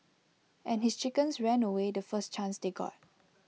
and his chickens ran away the first chance they got